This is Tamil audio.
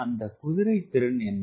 அந்த குதிரைத்திறன் என்ன